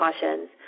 cautions